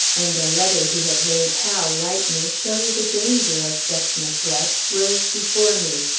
and a letter he had made hal write me, showing the danger of such neglect, rose before me.